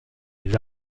les